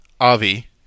Avi